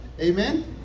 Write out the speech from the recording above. Amen